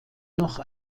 noch